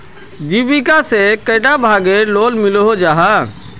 जीविका से कैडा भागेर लोन मिलोहो जाहा?